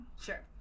Sure